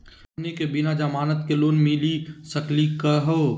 हमनी के बिना जमानत के लोन मिली सकली क हो?